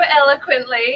eloquently